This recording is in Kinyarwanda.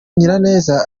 nyiraneza